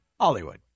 hollywood